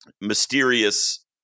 mysterious